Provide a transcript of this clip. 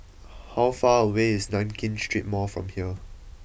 how far away is Nankin Street Mall from here